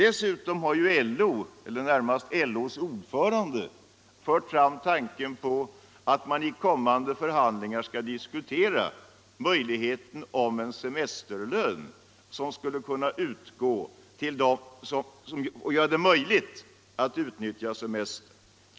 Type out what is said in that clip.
Dessutom har LO, eller närmast LO:s ordförande, fört fram tanken att man i kommande förhandlingar skall diskutera möjligheten av en semesterlön som skulle göra det möjligt för dem som annars inte kan det att utnyttja semestern.